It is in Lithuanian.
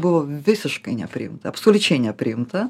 buvo visiškai nepriimta absoliučiai nepriimta